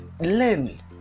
learn